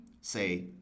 say